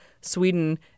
Sweden